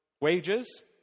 Wages